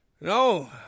No